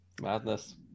Madness